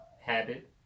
habit